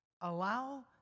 Allow